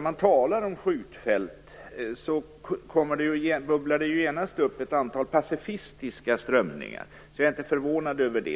man talar om skjutfält bubblar det genast upp en mängd pacifistiska strömningar, så jag är inte förvånad.